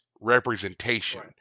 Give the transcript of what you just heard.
representation